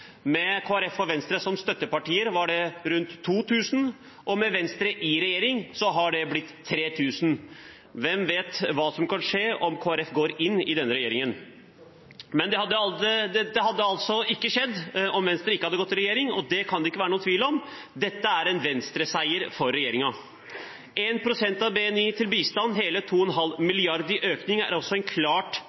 rundt 2 000, og med Venstre i regjering har det blitt 3 000. Hvem vet hva som kan skje om Kristelig Folkeparti går inn i denne regjeringen? Dette hadde altså ikke skjedd om Venstre ikke hadde gått inn i regjering, og det kan det ikke være noen tvil om. Dette er en Venstre-seier for regjeringen. 1 pst. av BNI til bistand, hele 2,5 mrd. kr i økning, er altså en klart